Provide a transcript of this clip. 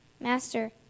Master